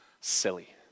Silly